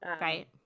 Right